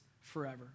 forever